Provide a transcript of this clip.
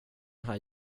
här